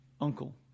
uncle